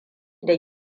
da